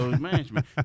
management